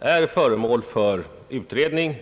är föremål för utredning.